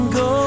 go